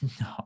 No